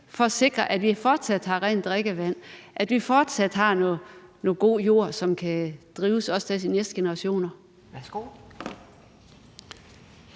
for at sikre, at vi fortsat har rent drikkevand, at vi fortsat har noget god jord, som også kan drives af de næste generationer? Kl.